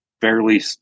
fairly